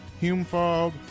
Humefog